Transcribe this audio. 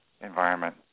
environment